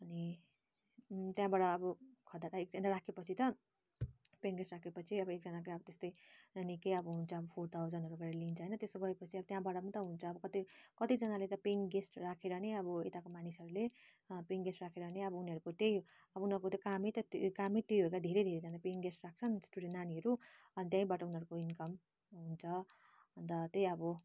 अनि त्यहाँबाटअब खदा त एकजना राख्यो पछि त पेइङ गेस्ट राख्यो पछि अब एक जनाको अब त्यस्तै न्या निक्कै अब हुन्छ फोर थाउजन्डहरू गरेर लिन्छ होइन त्यसो गरेपछि अब त्यहाँबाट पनि त हुन्छ अब कति कति जनाले त पेइङ गेस्ट राखेर नै अब यताको मानिसहरूले पेइङ गेस्ट राखेर नै अब उनीहरूको त्यही अब उनीहरूको त कामै त कामै त्यही हो क्या धेरै धेरै जना पेइङ गेस्ट राख्छन् स्टुडेन्ट नानीहरू अनि त्यहीँबाट उनीहरूको इन्कम हुन्छ अन्त त्यै अब